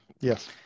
yes